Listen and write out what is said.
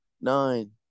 nine